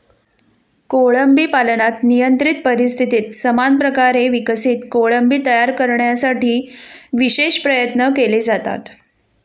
कोळंबी पालनात नियंत्रित परिस्थितीत समान प्रकारे विकसित कोळंबी तयार करण्यासाठी विशेष प्रयत्न केले जातात